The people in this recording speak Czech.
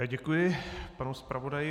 Já děkuji panu zpravodaji.